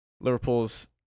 Liverpool's